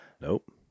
Nope